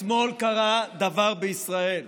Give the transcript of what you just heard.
אתמול קרה דבר בישראל.